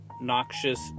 noxious